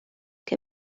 que